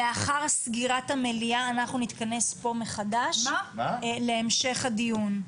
לאחר סגירת המליאה אנחנו נתכנס פה מחדש להמשך הדיון.